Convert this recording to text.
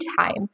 time